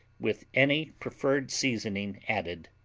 with any preferred seasoning added.